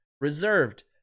reserved